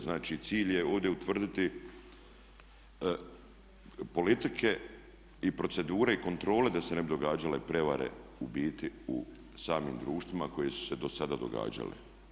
Znači, cilj je ovdje utvrditi politike i procedure kontrole da se ne bi događale prijevare u biti u samim društvima koje su se do sada događale.